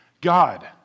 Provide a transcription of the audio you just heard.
God